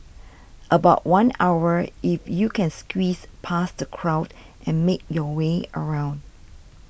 about one hour if you can squeeze past the crowd and make your way around